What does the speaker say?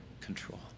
control